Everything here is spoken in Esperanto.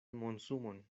monsumon